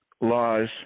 laws